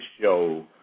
show